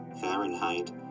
Fahrenheit